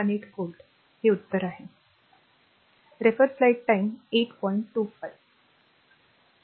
18 volt हे उत्तर आहे